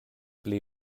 pli